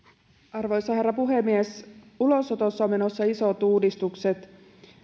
arvoisa herra puhemies ulosotossa on menossa isot uudistukset